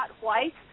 white